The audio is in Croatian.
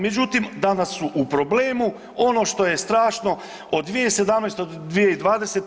Međutim, danas su u problemu, ono što je strašno od 2017. do 2020.